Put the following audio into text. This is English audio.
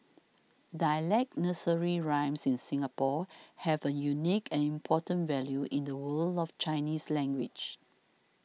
dialect nursery rhymes in Singapore have a unique and important value in the world of Chinese language